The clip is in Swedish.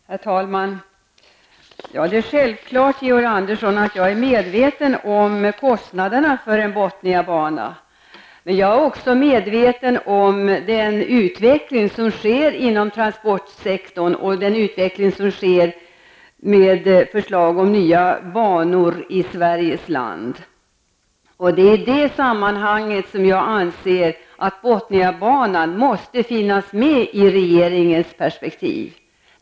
Herr talman! Det är självklart, Georg Andersson, att jag är medveten om kostnaderna för Botniabanan. Men jag är också medveten om den utveckling som sker inom transportsektorn och de förslag om nya banor i Sverige som undan för undan kommer fram. Det är i det sammanhanget som jag anser att Botniabanan måste finnas med iregeringens perspektiv.